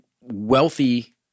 wealthy